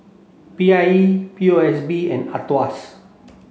P I E P O S B and AETOS